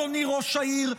אדוני ראש העיר,